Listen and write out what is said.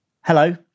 Hello